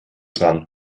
dran